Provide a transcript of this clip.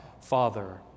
Father